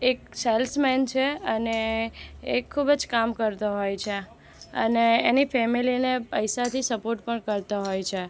એક સેલ્સમેન છે અને એ ખૂબ જ કામ કરતો હોય છે અને એની ફેમિલીને પૈસાથી સપોટ પણ કરતો હોય છે